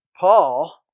Paul